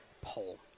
poll